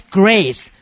grace